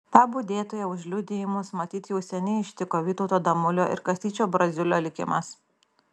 tą budėtoją už liudijimus matyt jau seniai ištiko vytauto damulio ir kastyčio braziulio likimas